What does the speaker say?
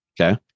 Okay